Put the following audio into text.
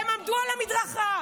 הם עמדו על המדרכה,